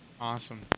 Awesome